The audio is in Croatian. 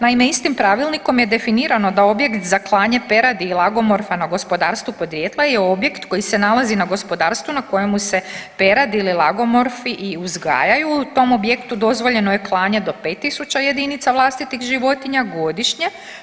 Naime, istim pravilnikom je definirano da objekt za klanje peradi i lagomorfa na gospodarstvu podrijetla je objekt koji se nalazi na gospodarstvu na kojemu se perad ili lagomorfi i uzgajaju u tom objektu dozvoljeno je klanje do 5.000 jedinica vlastitih životinja godišnje.